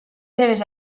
seves